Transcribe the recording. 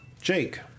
Jake